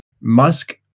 Musk